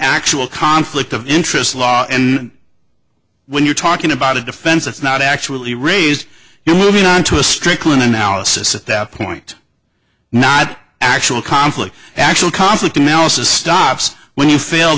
actual conflict of interest law and when you're talking about a defense that's not actually raised you're moving on to a stricklin analysis at that point not actual conflict actual conflict analysis stops when you fil